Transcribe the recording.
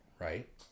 Right